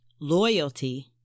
loyalty